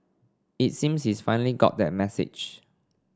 it seems he's finally got that message